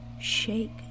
shake